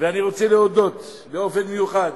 אני רוצה להודות באופן מיוחד